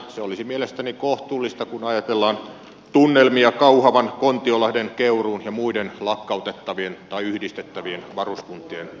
se olisi mielestäni kohtuullista kun ajatellaan tunnelmia kauhavan kontiolahden keuruun ja muiden lakkautettavien tai yhdistettävien varuskuntien kohdalla